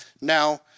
Now